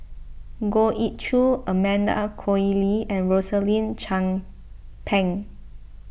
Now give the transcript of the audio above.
Goh Ee Choo Amanda Koe Lee and Rosaline Chan Pang